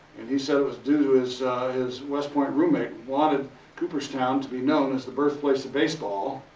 and he said it was due to his his west point roommate wanted cooperstown to be known as the birthplace of baseball.